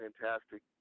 fantastic